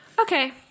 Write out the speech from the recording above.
Okay